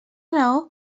raó